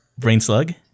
Brainslug